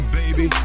baby